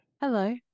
Hello